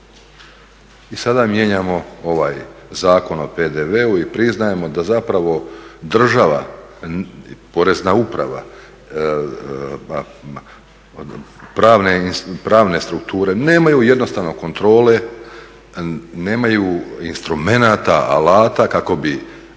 I sada mijenjamo ovaj Zakon o PDV-u i priznajemo da zapravo država, Porezna uprava, pravne strukture nemaju jednostavno kontrole, nemaju instrumenata, alata kako bi